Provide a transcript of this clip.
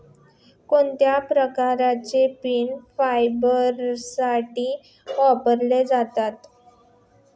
कोणत्या प्रकारची पाने फायबरसाठी वापरली जातात?